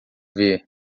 ver